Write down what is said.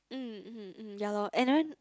mm mm mm ya lor and then